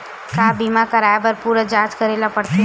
का बीमा कराए बर पूरा जांच करेला पड़थे?